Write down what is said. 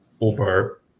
over